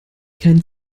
keinen